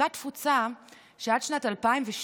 אותה תפוצה שעד שנת 2012,